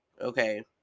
okay